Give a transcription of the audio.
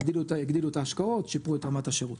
הם הגדילו את ההשקעות, שיפרו את רמת השירות.